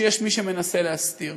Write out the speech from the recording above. שיש מי שמנסה להסתיר.